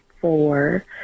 four